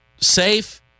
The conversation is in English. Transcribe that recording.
safe